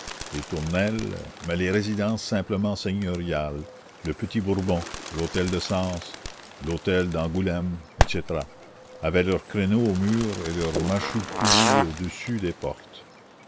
les tournelles mais les résidences simplement seigneuriales le petit bourbon l'hôtel de sens l'hôtel d'angoulême etc avaient leurs créneaux aux murs et leurs mâchicoulis au-dessus des portes